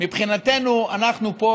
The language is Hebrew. מבחינתנו אנחנו פה,